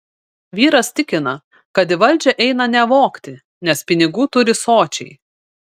vyras tikina kad į valdžią eina ne vogti nes pinigų turi sočiai